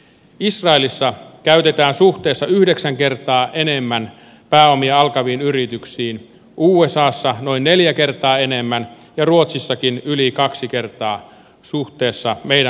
israelissa käytetään suhteessa yhdeksän kertaa enemmän pääomia alkaviin yrityksiin usassa noin neljä kertaa enemmän ja ruotsissakin yli kaksi kertaa suhteessa meidän panoksiimme